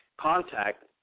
contact